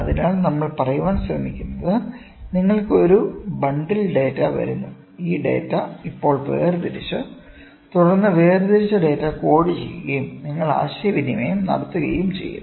അതിനാൽ നമ്മൾ പറയാൻ ശ്രമിക്കുന്നത് നിങ്ങൾക്ക് ഒരു ബണ്ടിൽ ഡാറ്റ വരുന്നു ഈ ഡാറ്റ ഇപ്പോൾ വേർതിരിച്ച് തുടർന്ന് വേർതിരിച്ച ഡാറ്റ കോഡ് ചെയ്യുകയും നിങ്ങൾ ആശയവിനിമയം നടത്തുകയും ചെയ്യുന്നു